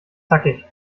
zackig